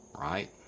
right